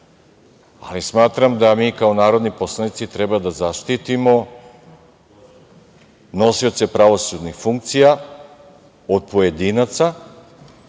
ali smatram da mi kao narodni poslanici treba da zaštitimo nosioce pravosudnih funkcija od pojedinaca